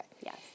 yes